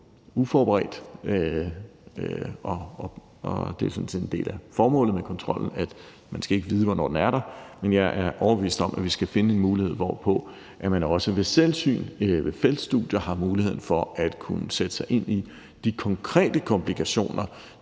uforberedt, og det er jo sådan set en del af formålet med kontrollen, at man ikke skal vide, hvornår den er der, men jeg er overbevist om, at vi skal finde en mulighed, hvorved man også ved selvsyn, ved feltstudier, har mulighed for at kunne sætte sig ind i de konkrete komplikationer,